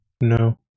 No